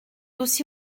aussi